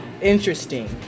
interesting